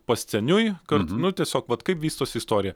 pasceniui kad nu tiesiog vat kaip vystosi istorija